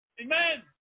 amen